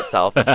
itself